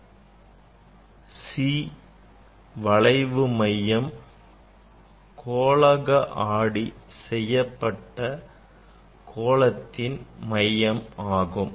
C வளைவு மையம் கோளக ஆடி செய்யப்பட்ட கோளத்தின் மையம் ஆகும்